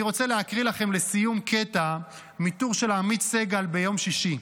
אני רוצה להקריא לכם לסיום קטע מטור של עמית סגל ביום שישי: